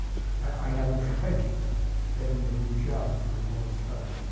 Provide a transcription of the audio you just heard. i haven't tried getting a new job for a long time.